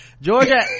georgia